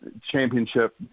championship